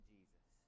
Jesus